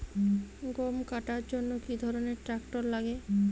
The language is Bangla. গম কাটার জন্য কি ধরনের ট্রাক্টার লাগে?